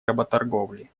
работорговли